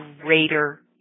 greater